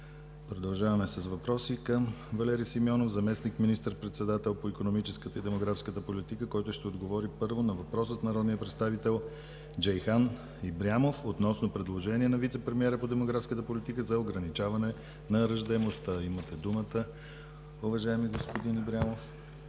Продължаваме с въпроси към господин Валери Симеонов – заместник министър-председател по икономическата и демографската политика, който ще отговори първо на въпрос от народния представител Джейхан Ибрямов относно предложение на вицепремиера по демографската политика за ограничаване на раждаемостта. Имате думата, уважаеми господин Ибрямов.